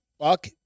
Fuck